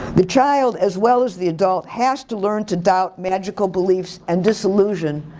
the child as well as the adult has to learn to doubt magical beliefs and disillusion.